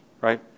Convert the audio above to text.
right